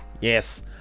yes